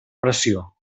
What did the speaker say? pressió